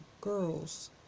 girls